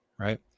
Right